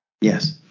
Yes